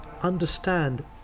understand